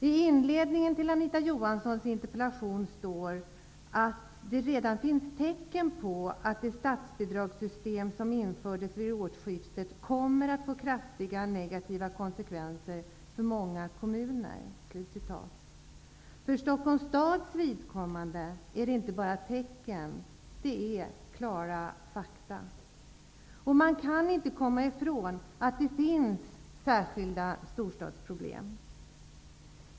I inledningen av Anita Johanssons interpellation framgår det att det redan finns tecken på att det statsbidragssystem som infördes vid årsskiftet kommer att få kraftigt negativa konsekvenser för många kommuner. För Stockholms stads vidkommande är det inte bara tecken -- det är klara fakta. Det går inte att komma ifrån att det finns särskilda storstadsproblem.